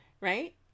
right